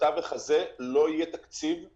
בתווך הזה לא יהיה תקציב,